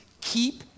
keep